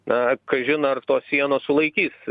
na kažin ar tos sienos sulaikys